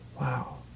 wow